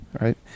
right